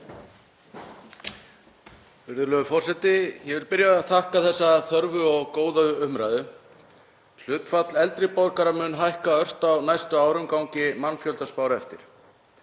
Virðulegur forseti. Ég vil byrja á að þakka þessa þörfu og góðu umræðu. Hlutfall eldri borgara mun hækka ört á næstu árum gangi mannfjöldaspár eftir.